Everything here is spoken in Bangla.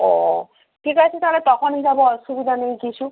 ও ঠিক আছে তাহলে তখনই যাব অসুবিধা নেই কিছু